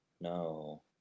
no